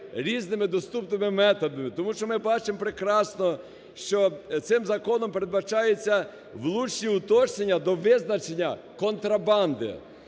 різними доступними методами. Тому що ми бачимо прекрасно, що цим законом передбачаються влучні уточнення до визначення "контрабанди".